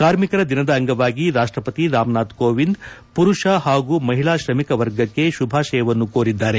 ಕಾರ್ಮಿಕರ ದಿನದ ಅಂಗವಾಗಿ ರಾಷ್ಟಪತಿ ರಾಮನಾಥ್ ಕೋವಿಂದ್ ಮರುಷ ಹಾಗೂ ಮಹಿಳಾ ಶ್ರಮಿಕ ವರ್ಗಕ್ಕೆ ಶುಭಾಶಯವನ್ನು ಕೋರಿದ್ದಾರೆ